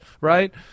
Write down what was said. right